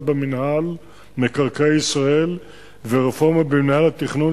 במינהל מקרקעי ישראל ורפורמה במינהל התכנון,